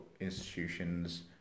institutions